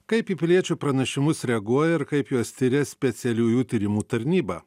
kaip į piliečių pranešimus reaguoja ir kaip juos tiria specialiųjų tyrimų tarnyba